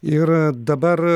ir dabar